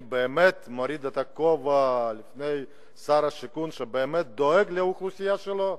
אני באמת מוריד את הכובע בפני שר השיכון שבאמת דואג לאוכלוסייה שלו,